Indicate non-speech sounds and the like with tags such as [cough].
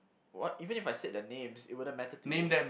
what even if I said their names it wouldn't matter to you [noise]